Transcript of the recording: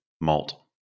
malt